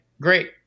great